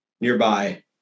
nearby